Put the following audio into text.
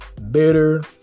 better